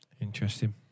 Interesting